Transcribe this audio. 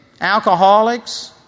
alcoholics